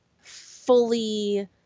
fully